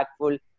impactful